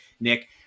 Nick